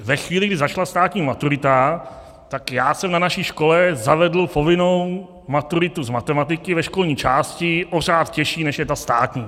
Ve chvíli, kdy začala státní maturita, tak já jsem na naší škole zavedl povinnou maturitu z matematiky ve školní části o řád těžší, než je ta státní.